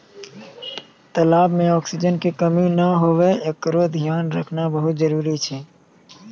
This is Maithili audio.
तलाब में ऑक्सीजन के कमी नै हुवे एकरोॅ धियान रखना बहुत्ते जरूरी छै